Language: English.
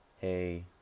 Hey